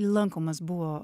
lankomas buvo